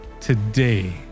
Today